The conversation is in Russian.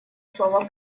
слово